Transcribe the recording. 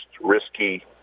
risky